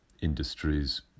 industries